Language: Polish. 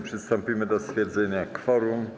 Przystąpimy do stwierdzenia kworum.